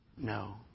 No